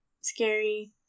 scary